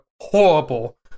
horrible